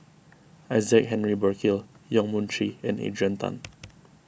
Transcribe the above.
Isaac Henry Burkill Yong Mun Chee and Adrian Tan